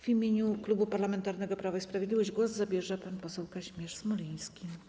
W imieniu Klubu Parlamentarnego Prawo i Sprawiedliwość głos zabierze pan poseł Kazimierz Smoliński.